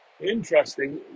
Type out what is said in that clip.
Interesting